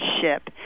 ship